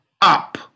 up